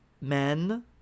men